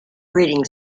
breeding